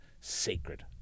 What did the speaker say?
sacred